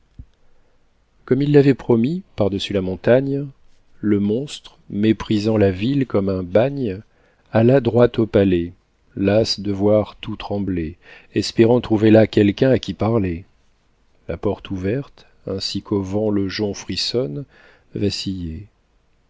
comme il l'avait promis par-dessus la montagne le monstre méprisant la ville comme un bagne alla droit au palais las de voir tout trembler espérant trouver là quelqu'un à qui parler la porte ouverte ainsi qu'au vent le jonc frissonne